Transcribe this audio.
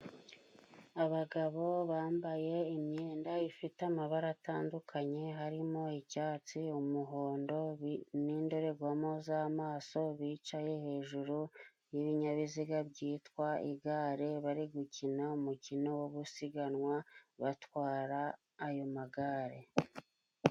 Abagabo bambaye imyenda ifite amabara atandukanye, harimo icyatsi, umuhondo, n'indorerwamo z'amaso. Bicaye hejuru yibinyabiziga byitwa igare, bari gukina umukino wo gusiganwa batwara ayo magare.